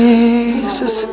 Jesus